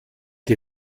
die